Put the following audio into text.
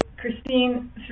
Christine